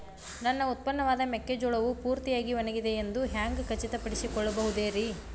ನನ್ನ ಉತ್ಪನ್ನವಾದ ಮೆಕ್ಕೆಜೋಳವು ಪೂರ್ತಿಯಾಗಿ ಒಣಗಿದೆ ಎಂದು ಹ್ಯಾಂಗ ಖಚಿತ ಪಡಿಸಿಕೊಳ್ಳಬಹುದರೇ?